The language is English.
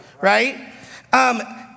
right